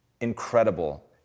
incredible